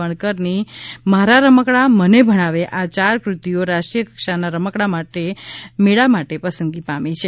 વણકરની મારા રમકડા મને ભણાવે આ યાર ક્રતિઓ રાષ્ટ્રીય કક્ષાના રમકડાં મેળા માટે પસંદગી પામી છે